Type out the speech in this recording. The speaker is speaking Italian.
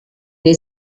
nei